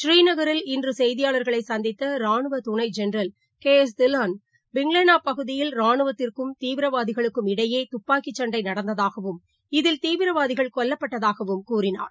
புநீநகரில் இன்றுசெய்தியாளா்களைசந்தித்தராணுவதுணைஜெனரல் K S Dhillon பிங்லேனாபகுதியில் ரானுவத்திற்கும் தீவிரவாதிகளுக்கும் இடையேதப்பாக்கிசண்டைநடந்ததாகவும் இதில் தீவிரவாதிகள் கொல்லப்பட்டதாகவும் கூறினார்